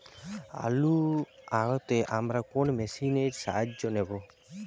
আলু তাড়তে আমরা কোন মেশিনের সাহায্য নেব?